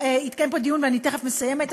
ואני תכף מסיימת,